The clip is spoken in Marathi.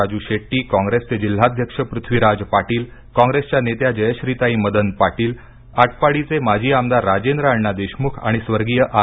राजू शेट्टी काँग्रेसचे जिल्हाध्यक्ष पृथ्वीराज पाटील काँग्रेसच्या नेत्या जयश्रीताई मदन पाटील आटपाडीचे माजी आमदार राजेंद्र अण्णा देशमुख आणि स्वर्गीय आर